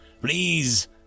Please